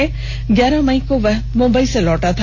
वह ग्यारह मई को मुंबई से लौटा था